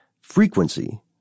frequency